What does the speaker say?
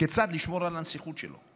כיצד לשמור על הנסיכות שלו,